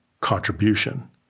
contribution